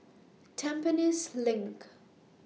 Tampines LINK